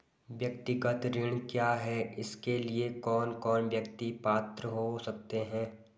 व्यक्तिगत ऋण क्या है इसके लिए कौन कौन व्यक्ति पात्र हो सकते हैं?